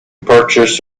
purchase